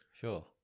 Sure